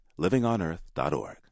livingonearth.org